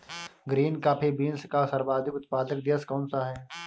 Green coffee beans का सर्वाधिक उत्पादक देश कौन सा है?